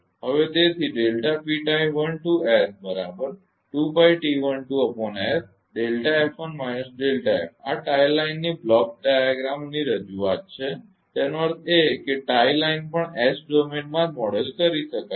હવે તેથી આ ટાઇ લાઇનની બ્લોક ડાયાગ્રામ રજૂઆત છે તેનો અર્થ એ કે ટાઈ લાઇન પણ એસ ડોમેનમાં જ મોડેલ કરી શકાય છે